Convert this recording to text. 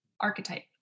archetype